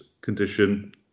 condition